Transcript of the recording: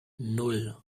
nan